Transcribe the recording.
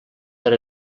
per